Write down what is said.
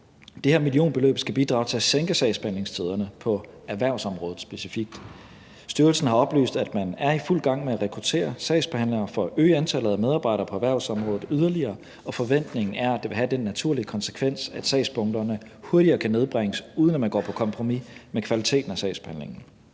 Det her millionbeløb skal bidrage til at sænke sagsbehandlingstiderne specifikt på erhvervsområdet. Styrelsen har oplyst, at man er i fuld gang med at rekruttere sagsbehandlere for at øge antallet af medarbejdere på erhvervsområdet yderligere, og forventningen er, at det vil have den naturlige konsekvens, at sagsbunkerne hurtigere kan nedbringes, uden at man går på kompromis med kvaliteten af sagsbehandlingen.